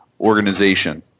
organization